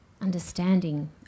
understanding